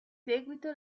seguito